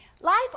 Life